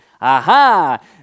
Aha